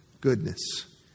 goodness